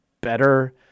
better